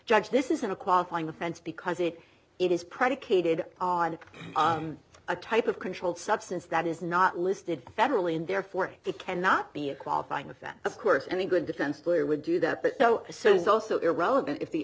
judge this isn't a qualifying offense because it it is predicated on a type of controlled substance that is not listed federally and therefore it cannot be a qualifying offense of course and a good defense lawyer would do that but so so it's also irrelevant if the